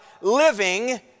living